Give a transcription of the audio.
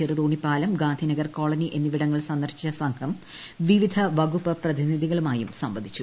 ചെറുതോണി പാലം ഗാന്ധിനഗർ കോളനി എന്നിവിടങ്ങൾ സന്ദർശിച്ച സംഘം വിവിധ വകുപ്പ് പ്രതിനിധികളുമായും സംവദിച്ചു